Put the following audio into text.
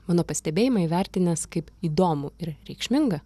mano pastebėjimą įvertinęs kaip įdomų ir reikšmingą